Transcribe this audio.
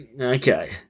Okay